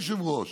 היושב-ראש.